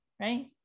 right